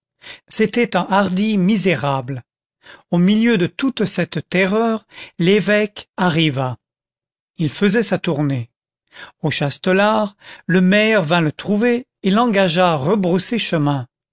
c'était un hardi misérable au milieu de toute cette terreur l'évêque arriva il faisait sa tournée au chastelar le maire vint le trouver et l'engagea à rebrousser chemin